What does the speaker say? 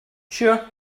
sure